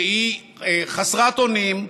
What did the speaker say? שהיא חסרת אונים,